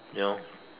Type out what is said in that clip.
you know